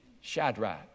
Shadrach